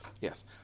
Yes